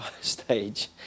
stage